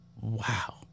Wow